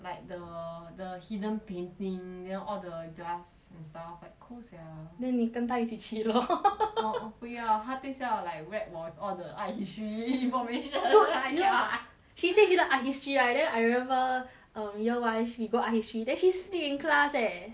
like the the hidden painting then all the glass and stuff like cool sia then 你跟她一起去 lor 我我不要她等下 like rap 我 all the art history formation dude you know I cannot she say she learn art history right then I remember E_O_Y we go art history then she sleep in class leh